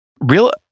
real